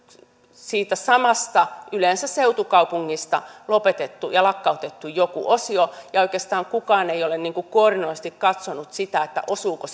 siitä samasta kaupungista yleensä seutukaupungista lopetettu ja lakkautettu jokin osio ja oikeastaan kukaan ei ole koordinoidusti katsonut osuuko